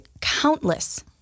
countless